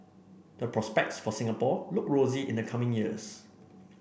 the prospects for Singapore look rosy in the coming years